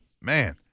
Man